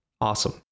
Awesome